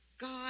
God